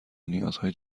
نیازهای